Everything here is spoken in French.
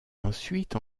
ensuite